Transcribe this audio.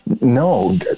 no